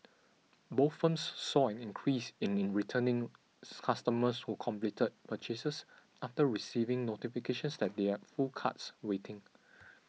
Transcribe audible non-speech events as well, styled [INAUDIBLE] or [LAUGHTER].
both firms saw an increase in returning [NOISE] customers who completed purchases after receiving notifications that they are full carts waiting